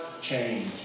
change